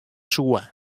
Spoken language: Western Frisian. soe